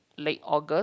late August